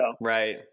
right